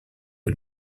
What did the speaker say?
que